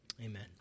amen